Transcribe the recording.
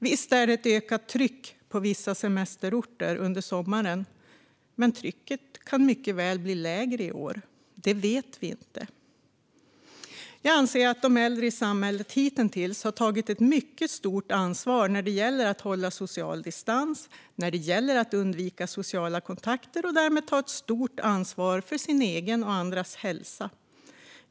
Visst är det ett ökat tryck på vissa semesterorter under sommaren, men trycket kan mycket väl bli lägre i år - det vet vi inte. Jag anser att de äldre i samhället hitintills har tagit ett mycket stort ansvar när det gäller att hålla social distans och att undvika sociala kontakter och att de därmed har tagit ett stort ansvar för sin egen och andras hälsa.